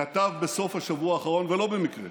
כתב בסוף השבוע האחרון, ולא במקרה,